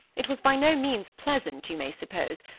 it was by no means pleasant, you may suppose,